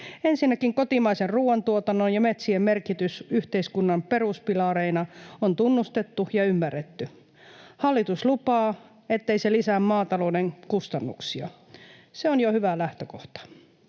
Ensinnäkin kotimaisen ruuantuotannon ja metsien merkitys yhteiskunnan peruspilareina on tunnustettu ja ymmärretty. Hallitus lupaa, ettei se lisää maatalouden kustannuksia. Se on jo hyvä lähtökohta.